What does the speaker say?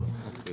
הצבעה אושר.